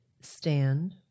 stand